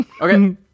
Okay